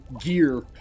gear